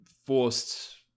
forced